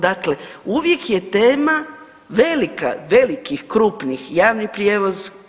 Dakle, uvijek je tema velika, velikih, krupnih, javni prijevoz.